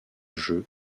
jeu